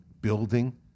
building